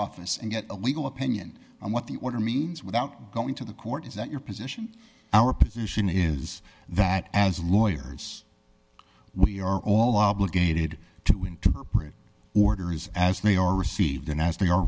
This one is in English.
office and get a legal opinion on what the order means without going to the court is that your position our position is that as lawyers we are all obligated to interpret orders as they are received and as they are